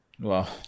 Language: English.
Wow